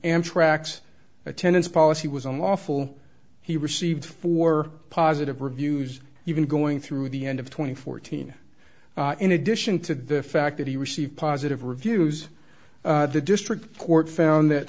antrax attendance policy was unlawful he received four positive reviews even going through the end of twenty fourteen in addition to the fact that he received positive reviews the district court found that